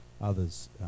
others